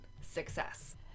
Success